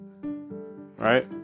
right